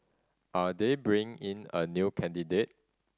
are they bringing in a new candidate